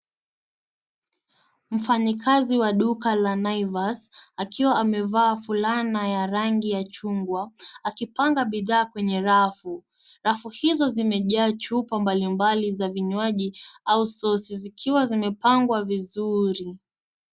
Mfanyikazi wa duka la Naivas akiwa amevaa fulana ya rangi ya chungwa akipanga bidhaa kwenye rafu. Rafu hizo zimejaa chupa mbalimbali za vinywaji au sosi zikiwa zimepangwa vizuri.